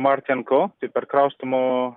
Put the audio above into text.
martin ko tai perkraustymo